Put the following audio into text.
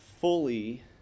fully